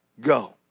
Go